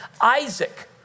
Isaac